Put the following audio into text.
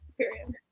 period